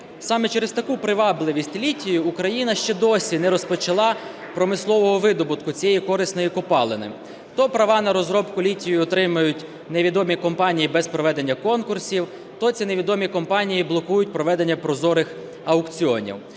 саме через таку привабливість літію Україна ще досі не розпочала промислового видобутку цієї корисної копалини. То права на розробку літію отримують невідомі компанії без проведення конкурсів, то ці невідомі компанії блокують проведення прозорих аукціонів.